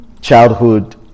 childhood